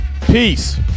Peace